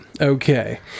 Okay